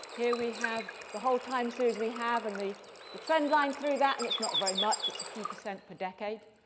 here we have the whole time series we have, and the the trend line through that. and it's not very much. it's a few percent per decade.